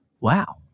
Wow